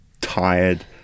tired